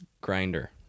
grinder